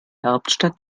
hauptstadt